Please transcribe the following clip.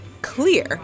clear